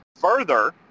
Further